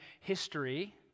history